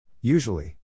Usually